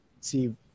see